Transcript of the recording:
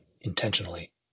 intentionally